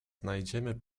znajdziemy